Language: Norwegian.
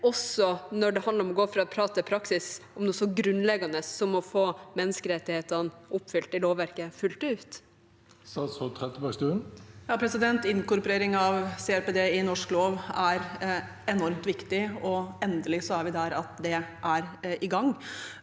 også når det handler om å gå fra prat til praksis om noe så grunnleggende som å få menneskerettighetene oppfylt i lovverket fullt ut. Statsråd Anette Trettebergstuen Inkor- porering av CRPD i norsk lov er enormt viktig, og endelig er vi der at det er i gang.